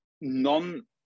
non